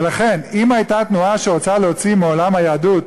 ולכן, אם הייתה תנועה שרוצה להוציא מעולם היהדות